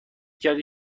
کردی